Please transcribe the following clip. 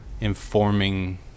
informing